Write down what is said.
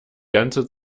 ganze